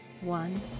one